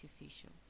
official